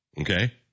Okay